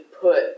put